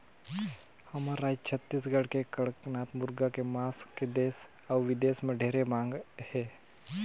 हमर रायज छत्तीसगढ़ के कड़कनाथ मुरगा के मांस के देस अउ बिदेस में ढेरे मांग हे